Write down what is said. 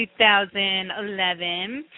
2011